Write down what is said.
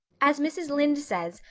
as mrs. lynde says,